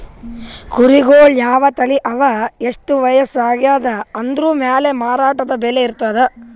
ಕುರಿಗಳ್ ಯಾವ್ ತಳಿ ಅವಾ ಎಷ್ಟ್ ವಯಸ್ಸ್ ಆಗ್ಯಾದ್ ಅನದ್ರ್ ಮ್ಯಾಲ್ ಮಾರಾಟದ್ ಬೆಲೆ ಇರ್ತದ್